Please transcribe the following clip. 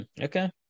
Okay